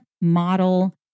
Model